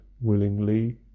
willingly